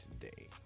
today